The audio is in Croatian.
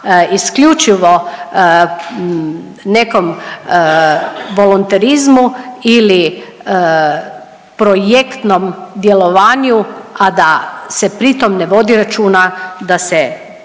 isključivo nekom volonterizmu ili projektnom djelovanju, a da se pritom ne vodi računa da se